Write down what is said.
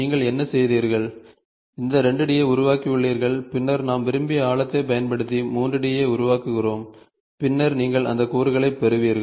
நீங்கள் என்ன செய்தீர்கள் இந்த 2 D ஐ உருவாக்கியுள்ளீர்கள் பின்னர் நாம் விரும்பிய ஆழத்தை பயன்படுத்தி 3 D ஐ உருவாக்குகிறோம் பின்னர் நீங்கள் அந்த கூறுகளைப் பெறுவீர்கள்